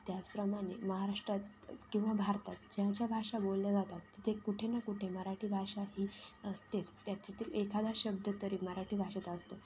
त्याचप्रमाणे महाराष्ट्रात किंवा भारतात ज्या ज्या भाषा बोलल्या जातात तिथे कुठे ना कुठे मराठी भाषा ही असतेच त्याच्यातील एखादा शब्द तरी मराठी भाषेत असतो